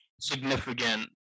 significant